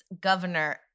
Governor